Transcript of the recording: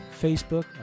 Facebook